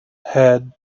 had